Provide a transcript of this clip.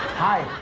hi.